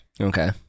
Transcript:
Okay